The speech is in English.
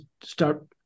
start